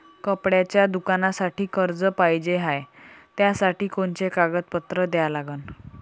कपड्याच्या दुकानासाठी कर्ज पाहिजे हाय, त्यासाठी कोनचे कागदपत्र द्या लागन?